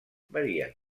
varien